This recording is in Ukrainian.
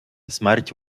смерть